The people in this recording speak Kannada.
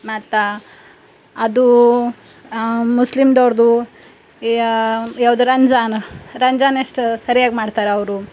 ಮತ್ತು ಅದೂ ಮುಸ್ಲಿಮ್ದವ್ರುದು ಯಾವುದು ರಂಜಾನ್ ರಂಜಾನ್ ಎಷ್ಟು ಸರಿಯಾಗಿ ಮಾಡ್ತಾರ್ ಅವರು